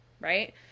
right